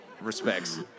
respects